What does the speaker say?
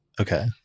Okay